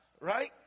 Right